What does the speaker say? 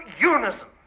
unison